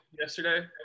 yesterday